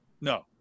no